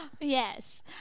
Yes